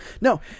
No